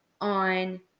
on